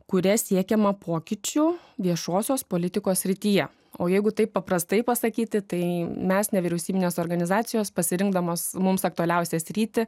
kuria siekiama pokyčių viešosios politikos srityje o jeigu taip paprastai pasakyti tai mes nevyriausybinės organizacijos pasirinkdamos mums aktualiausią sritį